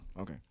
okay